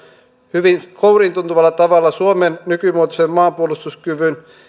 hyvin kouriintuntuvalla tavalla suomen nykymuotoisen maanpuolustuskyvyn